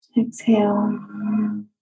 Exhale